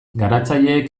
garatzaileek